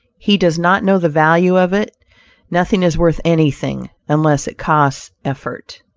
he does not know the value of it nothing is worth anything, unless it costs effort.